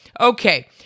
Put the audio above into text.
okay